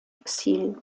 exil